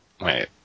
Wait